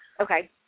Okay